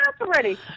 already